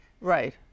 Right